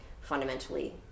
fundamentally